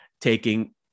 taking